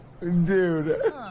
Dude